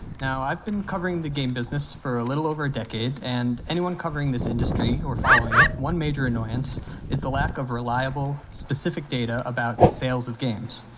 now i've been covering the game business for a little over a decade and anyone covering this industry, or following it, one major annoyance is the lack of reliable specific data about sales of games.